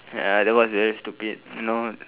ya that was very stupid know